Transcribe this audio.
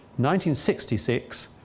1966